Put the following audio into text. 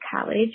college